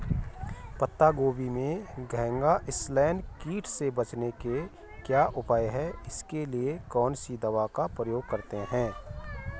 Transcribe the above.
पत्ता गोभी में घैंघा इसनैल कीट से बचने के क्या उपाय हैं इसके लिए कौन सी दवा का प्रयोग करते हैं?